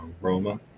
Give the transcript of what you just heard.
Roma